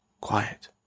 Quiet